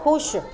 ਖੁਸ਼